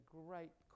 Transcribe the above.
great